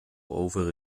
over